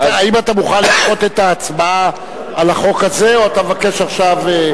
האם אתה מוכן לדחות את ההצבעה על החוק הזה או אתה מבקש עכשיו,